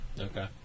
Okay